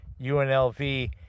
unlv